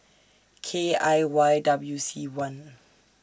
K I Y W C one